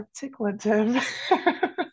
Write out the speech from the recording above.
articulative